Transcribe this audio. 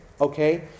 okay